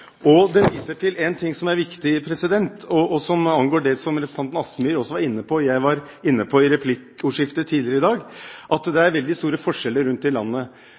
Og det vises til noe som er viktig, som angår det representanten Kielland Asmyhr var inne på, og som jeg var inne på i replikkordskiftet tidligere i dag, at det er veldig store forskjeller rundt i landet.